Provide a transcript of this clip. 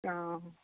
অ